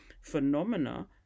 phenomena